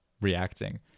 reacting